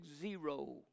zero